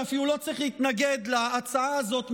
שאפילו לא צריך להתנגד להצעה הזאת.